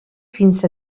fins